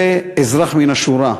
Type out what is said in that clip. זה אזרח מן השורה.